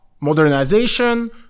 modernization